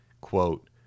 Quote